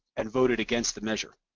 and voted against the measure.